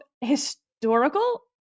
historical